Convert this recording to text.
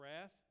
wrath